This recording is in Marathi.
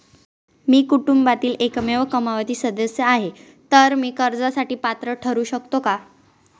मी कुटुंबातील एकमेव कमावती सदस्य आहे, तर मी कर्जासाठी पात्र ठरु शकतो का?